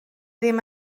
ddim